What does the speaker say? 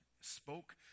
spoke